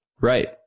Right